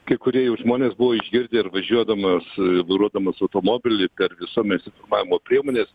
kai kurie jau žmonės buvo išgirdę ir važiuodamas vairuodamas automobilį per visuomės informavimo priemones